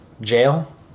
Jail